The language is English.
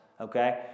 okay